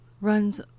runs